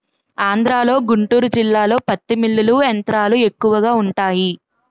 ఆంధ్రలో గుంటూరు జిల్లాలో పత్తి మిల్లులు యంత్రాలు ఎక్కువగా వుంటాయి